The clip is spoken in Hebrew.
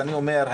אני אומר,